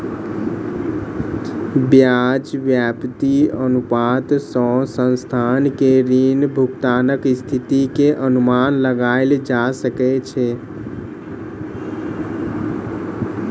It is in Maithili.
ब्याज व्याप्ति अनुपात सॅ संस्थान के ऋण भुगतानक स्थिति के अनुमान लगायल जा सकै छै